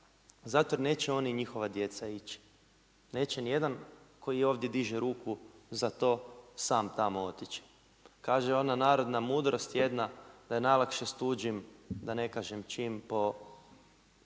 Zato jer neće oni i njihova djeca ići. Neće niti jedan koji ovdje diže ruku za to sam tamo otići. Kaže ona narodna mudrost jedna da je najlakše s tuđim da ne kažem čim po